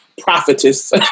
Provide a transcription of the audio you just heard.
Prophetess